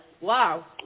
Wow